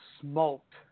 smoked